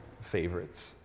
favorites